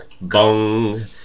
Bong